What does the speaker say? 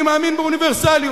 אני מאמין באוניברסליות.